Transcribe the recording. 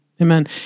Amen